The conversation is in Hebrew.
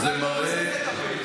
אולי גם בזה נטפל.